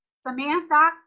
Samantha